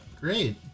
great